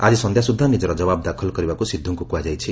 ଆଜି ସନ୍ଧ୍ୟା ସୁଦ୍ଧା ନିଜର ଜବାବ ଦାଖଲ କରିବାକୁ ସିଦ୍ଧୁଙ୍କୁ କୁହାଯାଇଛି